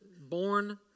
born